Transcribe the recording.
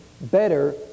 better